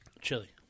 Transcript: chili